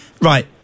Right